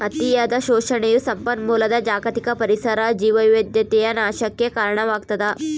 ಅತಿಯಾದ ಶೋಷಣೆಯು ಸಂಪನ್ಮೂಲದ ಜಾಗತಿಕ ಪರಿಸರ ಜೀವವೈವಿಧ್ಯತೆಯ ನಾಶಕ್ಕೆ ಕಾರಣವಾಗ್ತದ